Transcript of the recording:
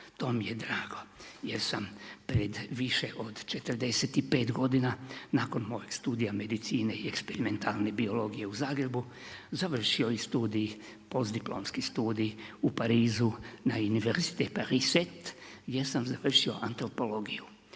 to mi je drago jer sam pred više od 45 godina nakon mojeg studija medicine i eksperimentalne biologije u Zagrebu završio i studij, postdiplomski studij u Parizu na Univerzitet Pariz gdje sam završio antropologiju.